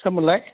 सोरमोनलाय